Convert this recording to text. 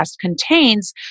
contains